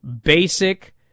Basic